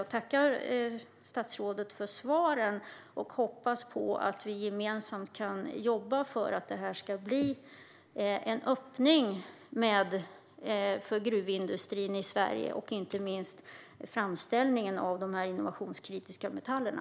Jag tackar statsrådet för svaren och hoppas på att vi gemensamt kan jobba för att det ska bli en öppning för gruvindustrin i Sverige och inte minst för framställningen av de här innovationskritiska metallerna.